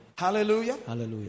Hallelujah